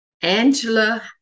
Angela